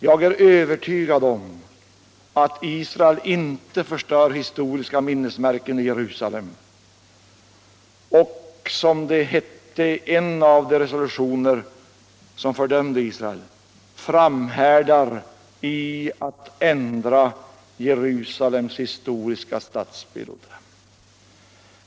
Jag är övertygad om att Israel inte förstör historiska minnesmärken i Jerusalem eller, som det hette i en av de resolutioner som fördömde Israel, fram härdar i att ändra Jerusalems historiska stadsbild.